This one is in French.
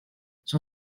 son